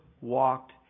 walked